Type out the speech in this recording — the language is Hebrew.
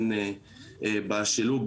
בשילוב,